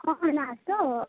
ହଁ ଆସ